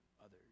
others